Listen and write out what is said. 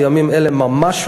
בימים אלה ממש,